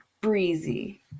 breezy